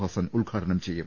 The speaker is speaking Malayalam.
ഹസൻ ഉദ്ഘാടനം ചെയ്യും